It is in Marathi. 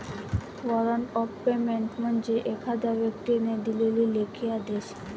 वॉरंट ऑफ पेमेंट म्हणजे एखाद्या व्यक्तीने दिलेला लेखी आदेश